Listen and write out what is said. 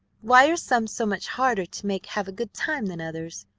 why are some so much harder to make have a good time than others?